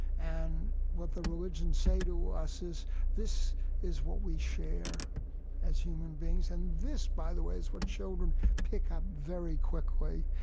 and what the religions say to us is this is what we share as human beings and this, by the way, is what children pick up very quickly.